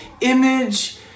image